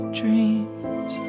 dreams